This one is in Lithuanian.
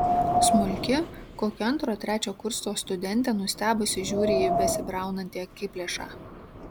smulki kokio antro trečio kurso studentė nustebusi žiūri į besibraunantį akiplėšą